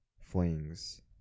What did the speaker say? flings